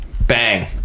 Bang